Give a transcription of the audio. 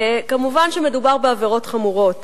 כמובן, מדובר בעבירות חמורות.